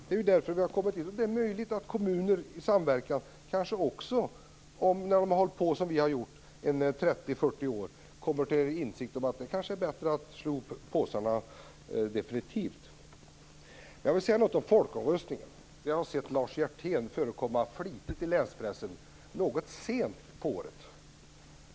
Det är möjligt att kommuner i samverkan, när de har hållit på som vi har gjort i 30 40 år, kommer till insikt om att det är bättre att slå ihop påsarna definitivt. Jag vill säga någonting om folkomröstningen. Jag har sett Lars Hjertén förekomma flitigt i länspressen - något sent på året.